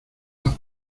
las